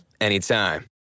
anytime